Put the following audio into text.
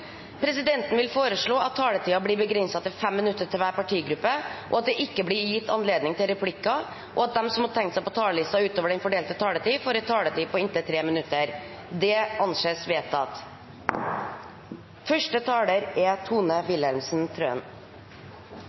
Presidenten vil foreslå at taletiden blir begrenset til 5 minutter til hver partigruppe, at det ikke blir gitt anledning til replikkordskifte, og at de som måtte tegne seg på talerlisten utover den fordelte taletiden, får en taletid på inntil 3 minutter. – Det anses vedtatt.